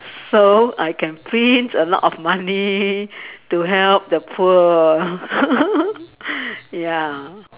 so I can print a lot of money to help the poor ya